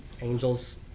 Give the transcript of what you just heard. Angels